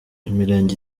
imirenge